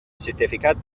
certificat